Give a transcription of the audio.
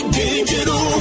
digital